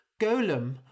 Golem